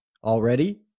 already